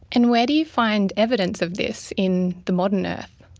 and where do you find evidence of this in the modern earth?